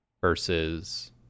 versus